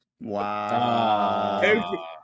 wow